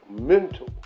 mental